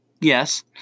yes